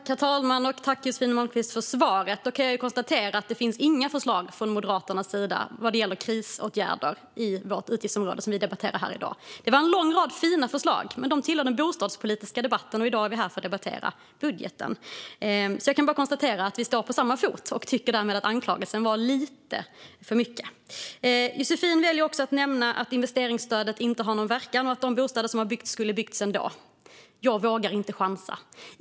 Herr talman! Tack, Josefin Malmqvist, för svaret! Då kan jag alltså konstatera att det inte finns några förslag från Moderaternas sida när det gäller krisåtgärder i det utgiftsområde som vi debatterar här i dag. Det var en lång rad fina förslag, men de tillhör den bostadspolitiska debatten, och i dag är vi här för att debattera budgeten. Jag kan alltså konstatera att vi står på samma fot, och jag tycker därmed att anklagelsen var lite för mycket. Josefin väljer också att nämna att investeringsstödet inte har någon verkan och att de bostäder som har byggts skulle ha byggts ändå. Jag vågar inte chansa.